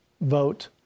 vote